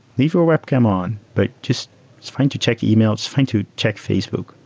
leave your web cam on, but just it's fine to check emails, fine to check facebook.